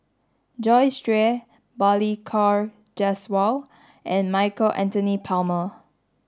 Joyce Jue Balli Kaur Jaswal and Michael Anthony Palmer